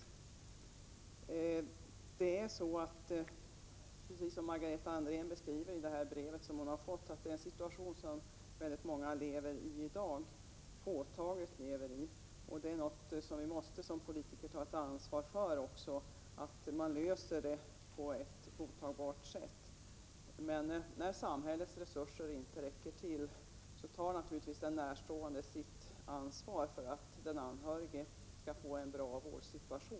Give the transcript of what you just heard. Väldigt många lever i dag precis i den situation som beskrivs i det brev som Margareta Andrén läste upp. Som politiker måste vi ta ett ansvar för att man löser detta problem på ett godtagbart sätt. Men när samhällets resurser inte räcker till, tar naturligtvis den närstående sitt ansvar för att den anhörige skall kunna få en bra vård.